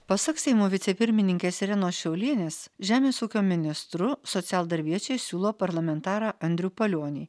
pasak seimo vicepirmininkės irenos šiaulienės žemės ūkio ministru socialdarbiečiai siūlo parlamentarą andrių palionį